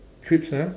crisp ah